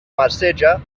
marceja